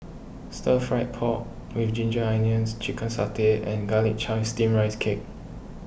Stir Fried Pork with Ginger Onions Chicken Satay and Garlic Chives Steamed Rice Cake